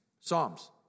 Psalms